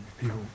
people